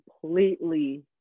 completely